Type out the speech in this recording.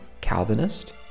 Calvinist